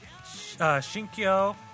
Shinkyo